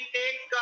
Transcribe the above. take